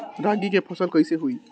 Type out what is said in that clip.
रागी के फसल कईसे होई?